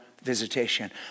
visitation